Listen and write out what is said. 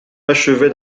achevait